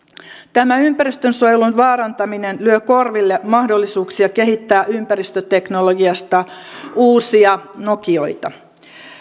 tämä ympäristönsuojelun vaarantaminen lyö korville mahdollisuuksia kehittää ympäristöteknologiasta uusia nokioita